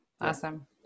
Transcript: awesome